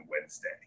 Wednesday